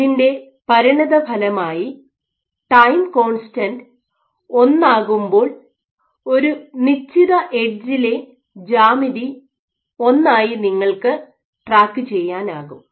ഇതിൻ്റെ പരിണതഫലമായി time constant 1 ആകുമ്പോൾ ഒരു നിശ്ചിത എഡ്ജിലെ ജ്യാമിതി 1 ആയി നിങ്ങൾക്ക് ട്രാക്കു ചെയ്യാനാകും